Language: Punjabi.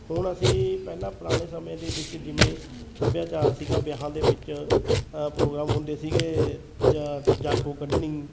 ਹੁਣ ਅਸੀਂ ਪਹਿਲਾਂ ਪੁਰਾਣੇ ਸਮੇਂ ਦੇ ਵਿੱਚ ਜਿਵੇਂ ਸੱਭਿਆਚਾਰ ਸੀਗਾ ਵਿਆਹਾਂ ਦੇ ਵਿੱਚ ਪ੍ਰੋਗਰਾਮ ਹੁੰਦੇ ਸੀਗੇ ਜ ਜਾਗੋ ਕੱਢਣੀ